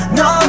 no